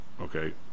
okay